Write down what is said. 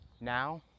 now